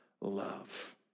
love